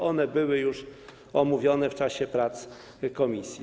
skoro one były już omówione w czasie prac komisji.